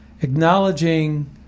acknowledging